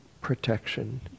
protection